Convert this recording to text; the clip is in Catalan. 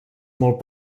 molt